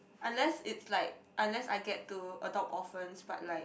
unless it's like unless I get to adopt orphans but like